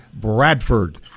Bradford